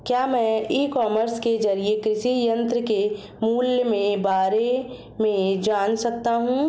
क्या मैं e commerce के ज़रिए कृषि यंत्र के मूल्य में बारे में जान सकता हूँ?